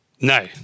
No